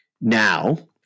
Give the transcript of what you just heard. now